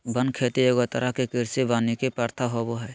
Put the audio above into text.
वन खेती एगो तरह के कृषि वानिकी प्रथा होबो हइ